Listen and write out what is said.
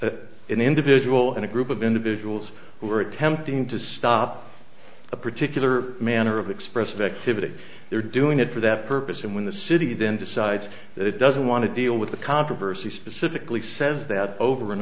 that an individual and a group of individuals who are attempting to stop a particular manner of express victims that they're doing it for that purpose and when the city then decides that it doesn't want to deal with the controversy specifically says that over and